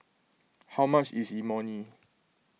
how much is Imoni